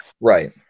Right